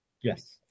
Yes